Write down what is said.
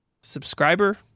subscriber